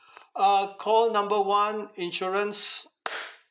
uh call number one insurance